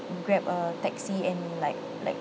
grab a taxi and like like